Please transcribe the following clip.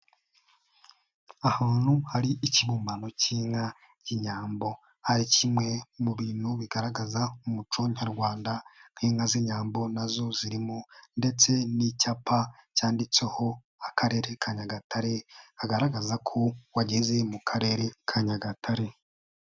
Ahantu hari ikibumbano cy'inka kinyambo hari kimwe mu bintu bigaragaza umuco Nyarwanda nk'inka z'inyambo nazo zirimo ndetse n'icyapa cyanditseho akarere ka Nyagatare, kigaragagazako wageze mu karere ka nyagatare.